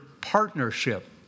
partnership